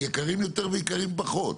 יקרות יותר ויקרות פחות.